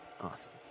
Awesome